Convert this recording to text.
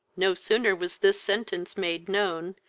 no sooner was this sentence made known,